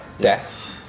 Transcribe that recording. death